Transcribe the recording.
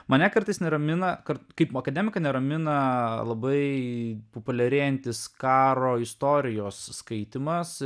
mane kartais neramina kad kaip akademiką neramina labai populiarėjantis karo istorijos skaitymas